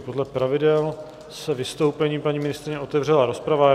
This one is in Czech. Podle pravidel se vystoupením paní ministryně otevřela rozprava.